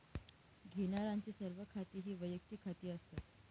घेण्यारांचे सर्व खाती ही वैयक्तिक खाती असतात